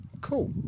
Cool